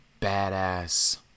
badass